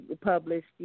published